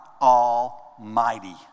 Almighty